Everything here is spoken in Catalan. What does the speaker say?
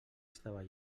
estava